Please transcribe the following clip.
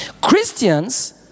Christians